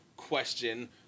Question